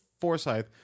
Forsyth